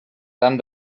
tant